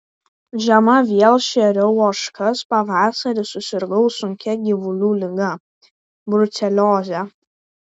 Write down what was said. žiemą vėl šėriau ožkas pavasarį susirgau sunkia gyvulių liga brucelioze